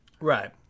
Right